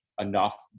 enough